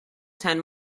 ten